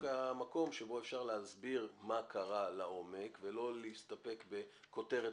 המקום שבו אפשר להסביר מה קרה לעומק ולא להסתפק בכותרת